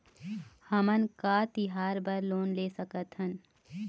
हमन का तिहार बर लोन ले सकथन?